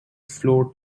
floor